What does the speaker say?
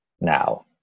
now